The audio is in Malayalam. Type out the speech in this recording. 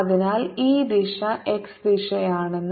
അതിനാൽ ഈ ദിശ x ദിശയാണെന്ന്